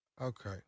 Okay